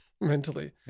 mentally